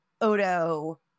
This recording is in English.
Odo